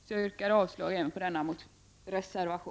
Jag yrkar avslag även på reservationerna 2 och 3.